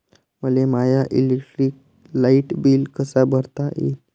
मले माय electric light bill कस भरता येईल?